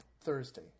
Thursday